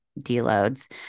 deloads